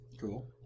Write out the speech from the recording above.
cool